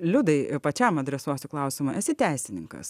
liudai ir pačiam adresuosiu klausimą esi teisininkas